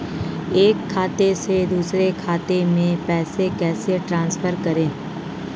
एक खाते से दूसरे खाते में पैसे कैसे ट्रांसफर करें?